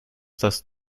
das